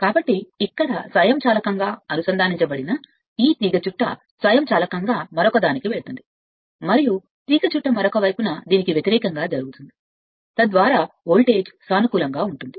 కాబట్టి ఇక్కడ స్వయంచాలకంగా అనుసంధానించబడిన ఈ తీగచుట్ట స్వయంచాలకంగా మరొకదానికి వెళుతుంది మరియు వ్యతిరేకం ఇతర తీగచుట్ట వైపుకు జరుగుతుంది తద్వారా వోల్టేజ్ సానుకూలంగా ఉంటుంది